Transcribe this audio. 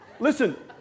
Listen